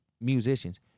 musicians